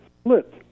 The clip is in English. split